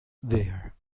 there